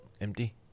empty